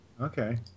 Okay